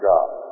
God